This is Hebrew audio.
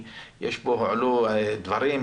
הועלו דברים,